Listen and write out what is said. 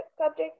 subject